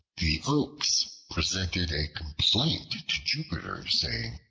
the oaks presented a complaint to jupiter, saying,